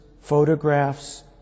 photographs